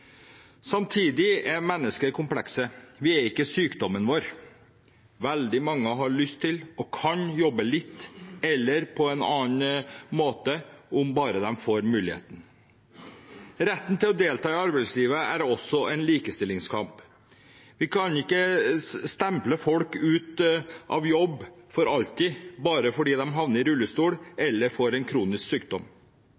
Samtidig er mennesker komplekse. Vi er ikke sykdommen vår. Veldig mange har lyst til og kan jobbe litt eller på en annen måte, om de bare får muligheten. Retten til å delta i arbeidslivet er også en likestillingskamp. Vi kan ikke stemple folk ut av jobb for alltid, bare fordi de havner i rullestol